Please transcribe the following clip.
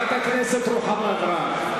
חברת הכנסת רוחמה אברהם.